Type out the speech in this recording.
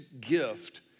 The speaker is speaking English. gift